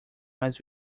mas